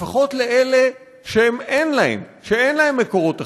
לפחות לאלה שאין להם מקורות אחרים,